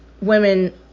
women